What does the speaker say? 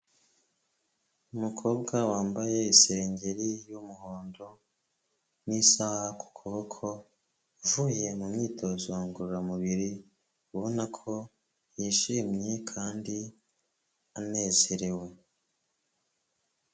Umukobwa wambaye isengeri y'umuhondo n'isaha ku kuboko, uvuye mu myitozo ngororamubiri ubona ko yishimye kandi anezerewe.